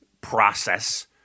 process